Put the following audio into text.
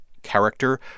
character